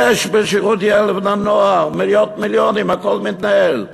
יש בשירות לילד ולנוער מאות מיליונים, הכול מתנהל.